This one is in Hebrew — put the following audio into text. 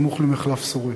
סמוך למחלף שורק.